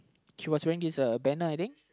she was wearing this uh banner I think